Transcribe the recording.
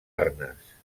arnes